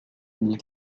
uni